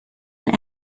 and